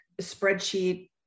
spreadsheet